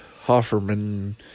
Hofferman